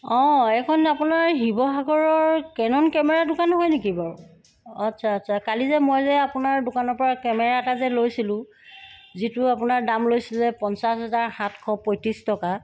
অঁ এইখন আপোনাৰ শিৱসাগৰৰ কেনন কেমেৰা দোকান হয় নেকি বাৰু অঁ আচ্ছা আচ্ছা কালি যে মই যে আপোনাৰ দোকানৰ পৰা কেমেৰা এটা যে লৈছিলোঁ যিটো আপোনাৰ দাম লৈছিলে পঞ্চাছ হাজাৰ সাতশ পঁয়ত্ৰিছ টকা